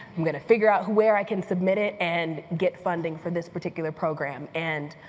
i'm going to figure out where i can submit it, and get funding for this particular program. and